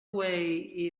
way